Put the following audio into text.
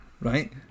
Right